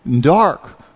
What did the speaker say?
dark